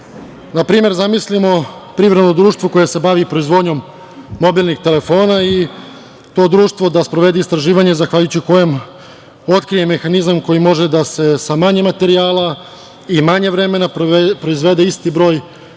primer, zamislimo privredno društvo koje se bavi proizvodnjom mobilnih telefona i to društvo da sprovode istraživanja zahvaljujući kojem otkrije mehanizam kojim može da se sa manje materijala i manje vremena proizvede isti broj